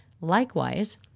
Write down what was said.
Likewise